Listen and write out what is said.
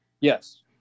yes